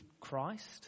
Christ